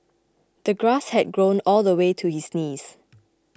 the grass had grown all the way to his knees